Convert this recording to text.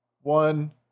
one